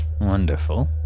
Wonderful